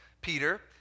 Peter—